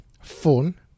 fun